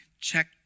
check